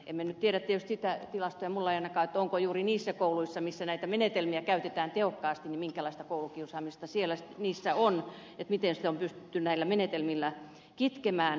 emme nyt tiedä tietysti sitä tilastoja minulla ei ainakaan ole minkälaista koulukiusaamista on juuri niissä kouluissa missä näitä menetelmiä käytetään tehokkaasti ja miten sitä on pystytty näillä menetelmillä kitkemään